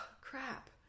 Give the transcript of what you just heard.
crap